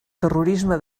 terrorisme